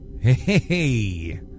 Hey